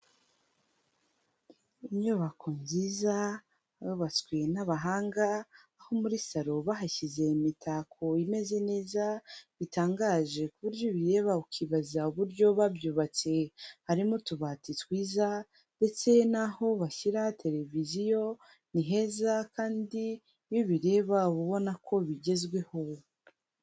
Inyubako nziza yubatswe n'abahanga aho muri salo bahashyize imitako imeze neza bitangaje ku buryo ubireba ukibaza uburyo babyubatse, harimo utubati twiza ndetse n'aho bashyira televiziyo ni heza kandi iyo ubireba uba ubona ko bigezweho.